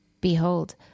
Behold